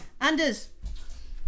Anders